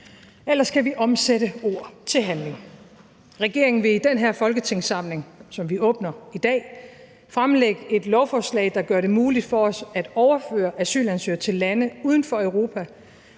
eller skal vi omsætte ord til handling? Regeringen vil i den folketingssamling, som vi åbner i dag, fremsætte et lovforslag, der gør det muligt for os at overføre asylansøgere til lande uden for Europa